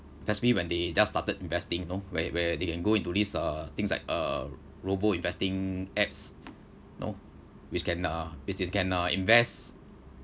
especially when they just started investing you know where where they can go into this uh things like uh robo-investing apps you know which can uh which is can uh invest